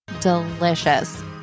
delicious